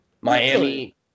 Miami